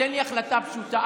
תן לי החלטה פשוטה.